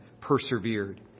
persevered